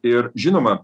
ir žinoma